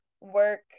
work